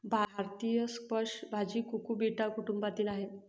भारतीय स्क्वॅश भाजी कुकुबिटा कुटुंबातील आहे